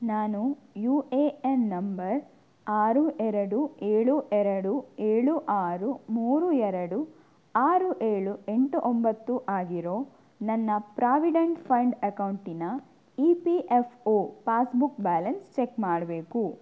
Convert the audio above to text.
ನಾನು U A N number ಆರು ಎರಡು ಏಳು ಎರಡು ಏಳು ಆರು ಮೂರು ಎರಡು ಆರು ಏಳು ಎಂಟು ಒಂಬತ್ತು ಆಗಿರೊ ನನ್ನ ಪ್ರಾವಿಡಂಟ್ ಫಂಡ್ ಅಕೌಂಟಿನ E P F O passbook balance check ಮಾಡಬೇಕು